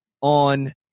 on